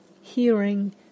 hearing